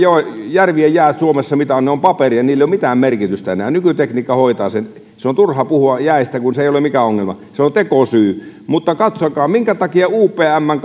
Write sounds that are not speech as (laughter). järvien jäät mitä on ovat paperia niillä ei ole mitään merkitystä enää nykytekniikka hoitaa sen on turha puhua jäistä kun ne eivät ole mikään ongelma se on tekosyy mutta katsokaa minkä takia upmn (unintelligible)